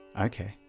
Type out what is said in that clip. Okay